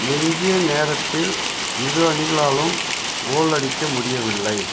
எஞ்சிய நேரத்தில் இரு அணிகளாலும் கோல் அடிக்க முடியவில்லை